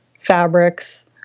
fabrics